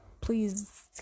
please